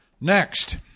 Next